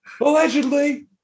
Allegedly